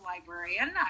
librarian